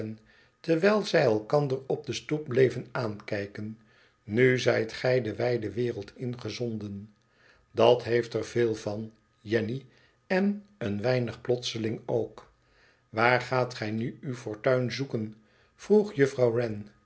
terwijl zij elkander op de stoep bleven aankijken nu zijt gij de wijde wereld ingezonden v dat heeft er veel van jenny en een weinig plotseling ook waar gaat gij nu uw fortuin zoeken vroeg juffrouw